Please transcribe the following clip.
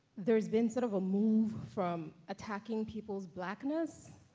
there's been sort of a move from attacking people's blackness,